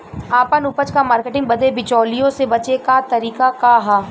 आपन उपज क मार्केटिंग बदे बिचौलियों से बचे क तरीका का ह?